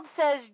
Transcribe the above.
says